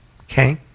okay